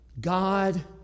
God